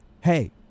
hey